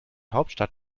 hauptstadt